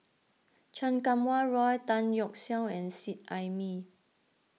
Chan Kum Wah Roy Tan Yeok Seong and Seet Ai Mee